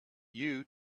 you